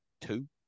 two